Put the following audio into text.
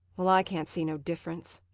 well, i can't see no difference.